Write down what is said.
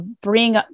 bring